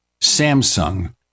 Samsung